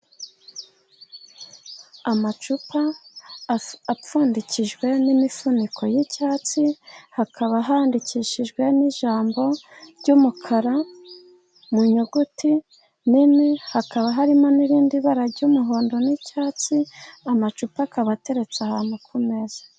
Amacupa apfundikijwe n'imifuniko y'icyatsi, hakaba handikishijwe n'ijambo ry'umukara mu nyuguti nini. Hakaba harimo n'irindi bara ry'umuhondo n'icyatsi. Amacupa akaba ateretse ahantu ku meza.